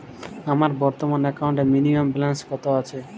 আমার বর্তমান একাউন্টে মিনিমাম ব্যালেন্স কত আছে?